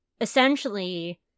essentially